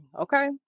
Okay